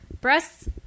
breasts